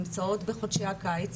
נמצאות בחודשי הקיץ.